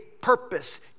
purpose